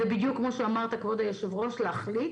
זה בדיוק כמו שאמרת, כבוד היושב-ראש, להחליט